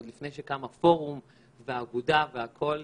עוד לפני שקם הפורום והאגודה והכול.